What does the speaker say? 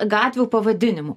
gatvių pavadinimų